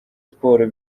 siporo